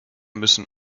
müssen